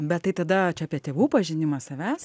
bet tai tada čia apie tėvų pažinimą savęs